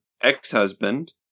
ex-husband